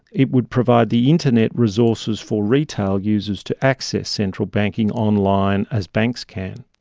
it would provide the internet resources for retail users to access central banking online as banks can.